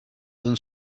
than